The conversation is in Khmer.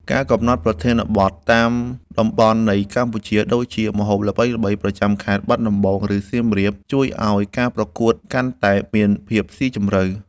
ការកំណត់ប្រធានបទតាម តំបន់នៃកម្ពុជា ដូចជាម្ហូបល្បីៗប្រចាំខេត្តបាត់ដំបង ឬសៀមរាប ជួយឱ្យការប្រកួតកាន់តែមានភាពស៊ីជម្រៅ។